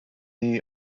are